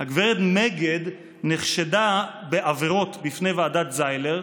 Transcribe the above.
הגב' מגד נחשדה בעבירות בפני ועדת זיילר,